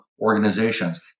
organizations